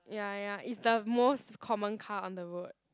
ya ya is the most common car on the road